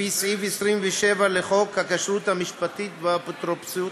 על-פי סעיף 27 לחוק הכשרות המשפטית והאפוטרופסות,